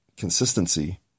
consistency